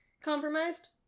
compromised